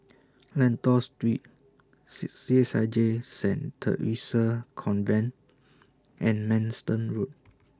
Lentor Street C H I J Saint Theresa's Convent and Manston Road